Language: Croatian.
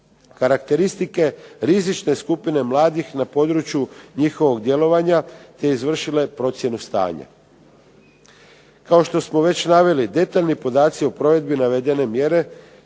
karakteristike rizične skupine mladih na području njihovog djelovanja, te izvršile procjenu stanja. Kao što smo već naveli, detaljni podaci o provedbi i navedene mjere